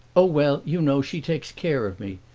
oh, well, you know, she takes care of me.